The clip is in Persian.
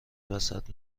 وسط